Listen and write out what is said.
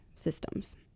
systems